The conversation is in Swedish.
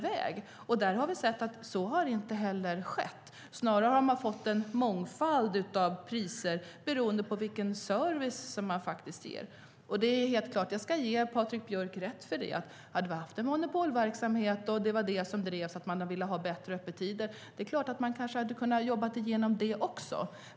Vi har sett att det inte heller har skett. Snarare har man fått en mångfald av priser beroende på vilken service som faktiskt ges. Jag ska ge Patrik Björck rätt i att om vi hade haft en monopolverksamhet och målet var att få bättre öppettider hade man kanske kunnat uppnå det också.